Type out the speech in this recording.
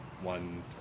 one